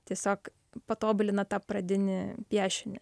tiesiog patobulina tą pradinį piešinį